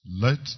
Let